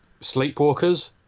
Sleepwalkers